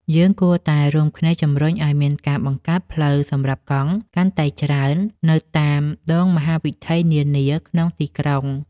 យើងគួរតែរួមគ្នាជម្រុញឱ្យមានការបង្កើតផ្លូវសម្រាប់កង់កាន់តែច្រើននៅតាមដងមហាវិថីនានាក្នុងទីក្រុង។